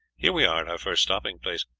here we are at our first stopping-place.